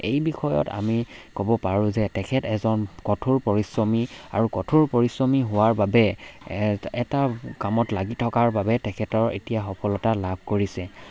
এই বিষয়ত আমি ক'ব পাৰোঁ যে তেখেত এজন কঠোৰ পৰিশ্ৰমী আৰু কঠোৰ পৰিশ্ৰমী হোৱাৰ বাবে এ এটা কামত লাগি থকাৰ বাবে তেখেতৰ এতিয়া সফলতা লাভ কৰিছে